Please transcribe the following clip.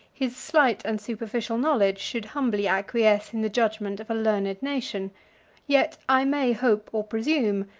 his slight and superficial knowledge should humbly acquiesce in the judgment of a learned nation yet i may hope or presume,